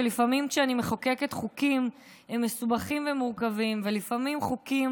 לפעמים כשאני מחוקקת חוקים הם מסובכים ומורכבים ולפעמים חוקים